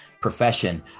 profession